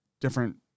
different